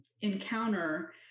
encounter